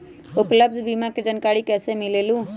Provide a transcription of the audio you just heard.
उपलब्ध बीमा के जानकारी कैसे मिलेलु?